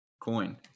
coin